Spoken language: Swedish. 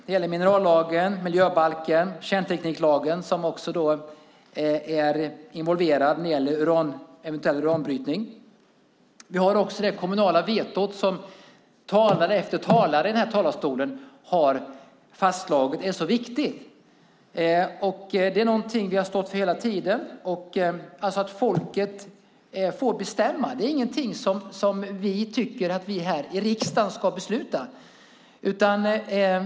Det gäller minerallagen, miljöbalken och kärntekniklagen som är involverad när det gäller eventuell uranbrytning. Vi har det kommunala veto som talare efter talare i den här talarstolen har fastslagit är så viktigt. Det är något som vi har stått för hela tiden, att folket får bestämma. Det är inte något som vi tycker att vi i riksdagen ska besluta.